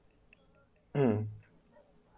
um